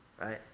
right